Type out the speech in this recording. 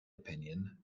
opinion